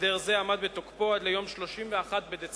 הסדר זה עמד בתוקפו עד ליום 31 בדצמבר